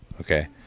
okay